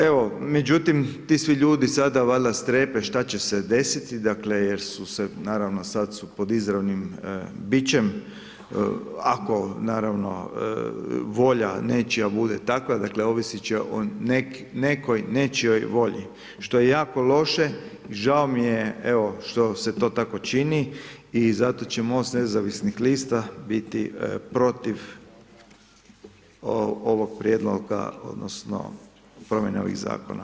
Evo, međutim, ti svi ljudi sada valjda strepe šta će se desiti, dakle, jer su se, naravno, sada su po izravnim bićem, ako naravno volja, neće, a bude takva, dakle, ovisiti će o nečijoj volji, što je jako loše i žao mi je što se to tako čini i zato će Most nezavisnih lista biti protiv ovog prijedloga, odnosno, promjene ovih zakona.